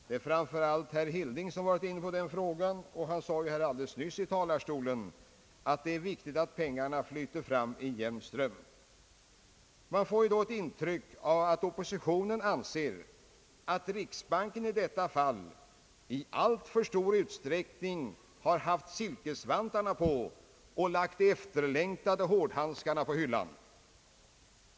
Det är framför allt herr Hilding som varit inne på den frågan, och han sade alldeles nyss här i talarstolen att det är viktigt att pengarna flyter fram i en jämn ström. Man får då ett intryck av att oppositionen anser att riksbanken i detta fall i alltför stor utsträckning har haft silkesvantarna på och lagt de efterlängtade hårdhandskarna på hyllan.